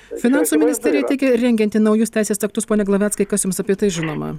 finansų ministerija teigia rengianti naujus teisės aktus pone glaveckai kas jums apie tai žinoma